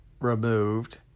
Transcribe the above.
removed